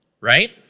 right